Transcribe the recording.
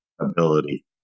Ability